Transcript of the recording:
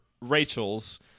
Rachel's